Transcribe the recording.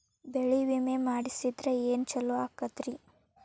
ಬೆಳಿ ವಿಮೆ ಮಾಡಿಸಿದ್ರ ಏನ್ ಛಲೋ ಆಕತ್ರಿ?